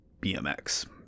BMX